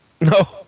no